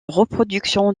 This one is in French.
reproduction